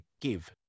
give